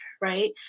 right